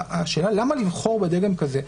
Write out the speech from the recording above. שהשאלה למה לבחור בדגם כזה,